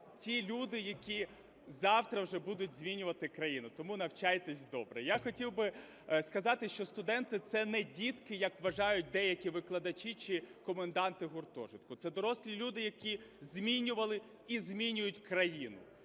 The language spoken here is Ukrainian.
ті люди, які завтра вже будуть змінювати країну, тому навчайтесь добре. Я хотів би сказати, що студенти – це не дітки, як вважають деякі викладачі чи коменданти гуртожитку, це дорослі люди, які змінювали і змінюють країну.